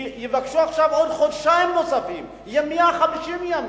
יבקשו עוד חודשיים נוספים, יהיו 150 ימים.